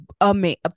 amazing